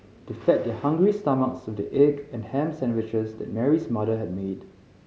they fed their hungry stomachs with the egg and ham sandwiches that Mary's mother had made